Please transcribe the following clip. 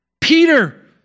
Peter